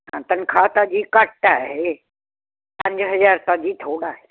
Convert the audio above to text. ਤਨਖਾਹ ਤਾਂ ਜੀ ਘੱਟ ਆ ਇਹ ਪੰਜ ਹਜ਼ਾਰ ਤਾਂ ਜੀ ਥੋੜ੍ਹਾ